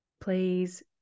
please